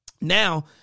now